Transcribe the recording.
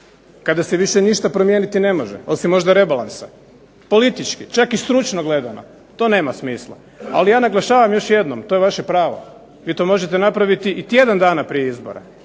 kada se više ništa promijeniti ne može, osim možda rebalansa. Politički, čak i stručno gledano to nema smisla. Ali ja naglašavam još jednom. To je vaše pravo. Vi to možete napraviti i tjedan dana prije izbora.